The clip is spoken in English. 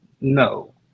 no